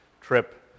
trip